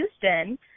Houston